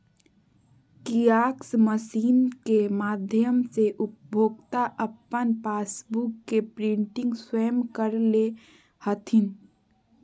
kiosk machine के माध्यम से उपभोक्ता अपन पासबुक के प्रिंटिंग स्वयं कर ले हथिन